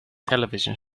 television